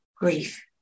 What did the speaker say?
grief